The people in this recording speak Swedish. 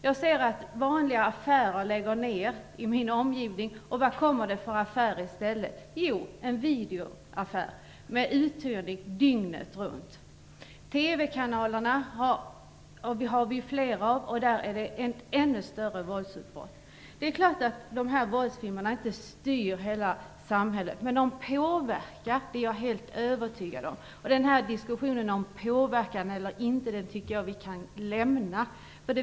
Jag ser att vanliga affärer i min omgivning lägger ned sin verksamhet, och i deras ställe kommer det videoaffärer med uthyrning dygnet runt. I TV-kanalerna, som har blivit fler, är det ett ännu större våldsutbud. Det är klart att våldsfilmerna inte styr hela samhället, men att de påverkar är jag helt övertygad om. Jag tycker att vi kan lämna diskussionen om påverkan eller inte.